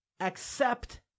Accept